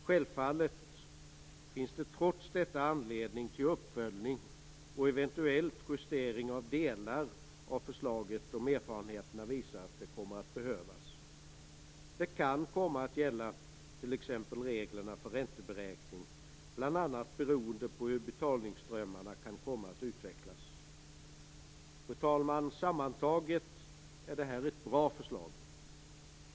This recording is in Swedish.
Självfallet finns det trots detta anledning till uppföljning och eventuell justering av delar av förslaget om erfarenheterna visar att det kommer att behövas. Det kan komma att gälla t.ex. reglerna för ränteberäkning, bl.a. beroende på hur betalningsströmmarna kan komma att utvecklas. Fru talman! Sammantaget är detta ett bra förslag.